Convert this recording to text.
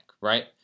right